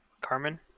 Carmen